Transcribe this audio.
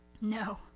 No